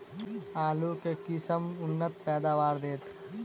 आलु केँ के किसिम उन्नत पैदावार देत?